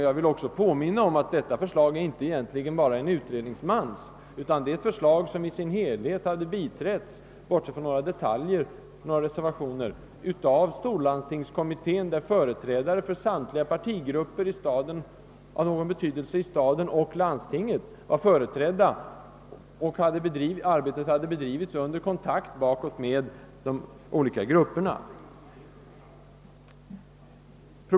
Jag vill också erinra om att förslaget inte var utarbetat bara av utredningsmannen utan det har i sin helhet — bortsett från reservationer i några detaljer — tillstyrkts av en enhällig storlandstingskommitté, där samtliga partigrupper av någon betydelse i stad och landsting varit företrädda, och där arbetet har bedrivits under kontakt bakåt med de olika grupperna.